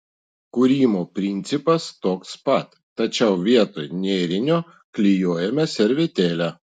kūrimo principas toks pat tačiau vietoj nėrinio klijuojame servetėlę